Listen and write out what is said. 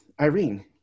Irene